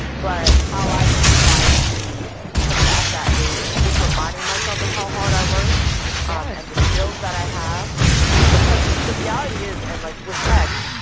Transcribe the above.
but how i just try to combat that is just reminding myself of how hard i worked. yes. and the skills that i have because the reality is and, like, with tech,